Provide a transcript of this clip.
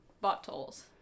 bottles